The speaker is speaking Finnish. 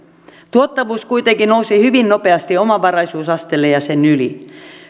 tuottavuus kuitenkin nousi hyvin nopeasti omavaraisuusasteelle ja sen yli